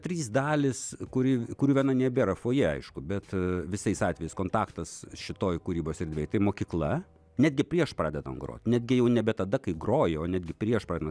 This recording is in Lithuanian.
trys dalys kuri kurių viena nebėra fojė aišku bet visais atvejais kontaktas šitoj kūrybos erdvėj tai mokykla netgi prieš pradedant grot netgi jau nebe tada kai groji o netgi prieš pradedant